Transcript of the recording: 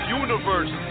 universe